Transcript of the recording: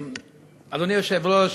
אדוני היושב-ראש,